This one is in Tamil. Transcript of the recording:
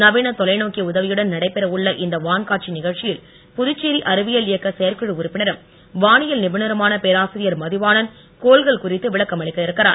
நவீன தொலைநோக்கி உதவியுடன் நடைபெற உள்ள இந்த வான்காட்சி நீகழ்ச்சியில் புதுச்சேரி அறிவியல் இயக்க செயற்குழு உறுப்பினரும் பேராசிரியர் மதிவாணன் கோன்கள் குறித்து விளக்கமளிக்க இருக்கிறார்